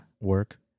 Work